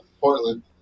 Portland